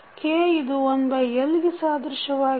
K ಇದು 1L ಗೆ ಸಾದೃಶ್ಯವಾಗಿದೆ